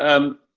um,